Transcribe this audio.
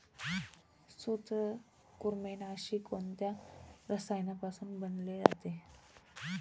सूत्रकृमिनाशी कोणत्या रसायनापासून बनवले जाते?